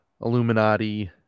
Illuminati